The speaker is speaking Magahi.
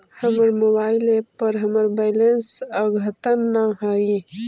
हमर मोबाइल एप पर हमर बैलेंस अद्यतन ना हई